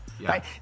Right